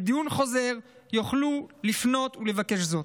בדיון חוזר, יוכלו לפנות ולבקש זאת.